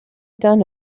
done